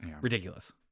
ridiculous